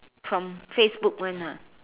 from Facebook one ah